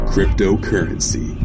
cryptocurrency